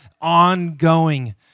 ongoing